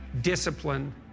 discipline